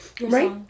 Right